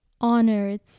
honored